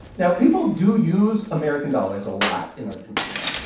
now, people do use american dollars a lot in argentina.